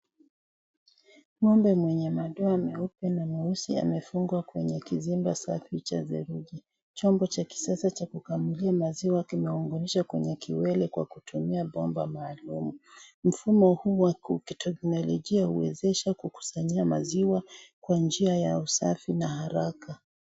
Ng'ombe mwenye madoa meupe na na meusi amefungua kwenye kizimba safi cha cha serugi. chombo cha kisasa cha kukamulia maziwa kimeunganishwa kwenye kiwele kwa kutumia Bomba. Mfumo huu wa kiteknologia hukusanya maziwa kwa njia ya usafi na haraka.